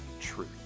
truth